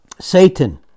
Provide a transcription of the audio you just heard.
Satan